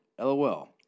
LOL